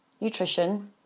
nutrition